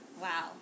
Wow